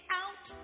out